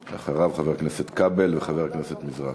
אחריו, חבר הכנסת כבל וחבר הכנסת מזרחי.